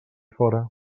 fora